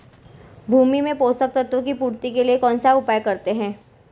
भूमि में पोषक तत्वों की पूर्ति के लिए कौनसा उपाय करते हैं?